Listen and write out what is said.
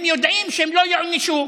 הם יודעים שהם לא יוענשו,